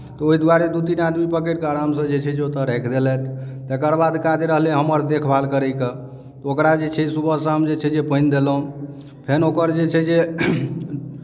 तऽ ओहि दुआरे दू तीन आदमी पकड़ि कऽ आरामसँ जे छै जे ओतय राखि देलथि तकर बाद काज रहलै हमर देखभाल करयके ओकरा जे छै जे सुबह शाम जे छै जे पानि देलहुँ फेर ओकर जे छै जे